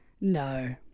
No